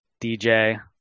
DJ